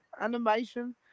animation